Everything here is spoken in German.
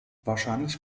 wahrscheinlich